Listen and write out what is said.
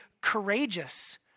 courageous